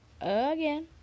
again